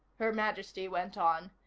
her majesty went on.